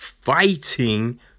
fighting